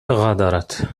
غادرت